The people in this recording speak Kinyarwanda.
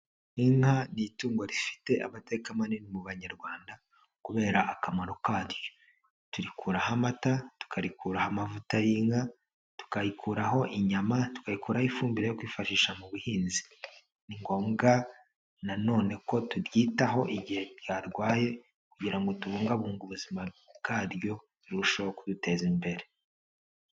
Inka ni itungo rifite amateka manini mu banyarwanda kubera akamaro karyo, turikuraho amata, tukarikuraho amavuta y'inka, tukayikuraho inyama, tukayikuraho ifumbire yo kwifashisha mu buhinzi, ni ngombwa na none ko turyitaho igihe ryarwaye kugira ngo tubungabunge ubuzima bwaryo rirusheho kuduteza imbere.